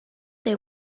they